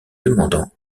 demandant